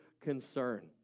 concern